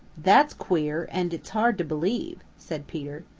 that's queer and its hard to believe, said peter.